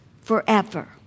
forever